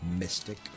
Mystic